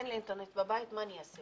אין לי אינטרנט בבית, מה אני אעשה?